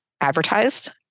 advertised